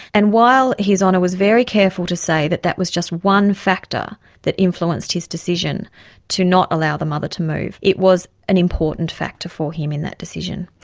and while his honour was very careful to say that that was just one factor that influenced his decision to not allow the mother to move, it was an important factor for him in that decision.